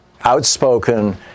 outspoken